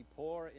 poor